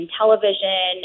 television